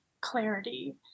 clarity